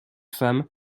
femme